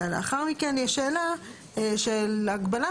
ולאחר מכן יש שאלה של הגבלה.